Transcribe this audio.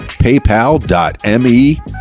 paypal.me